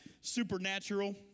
supernatural